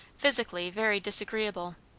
physically very disagreeable.